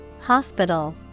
hospital